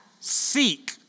seek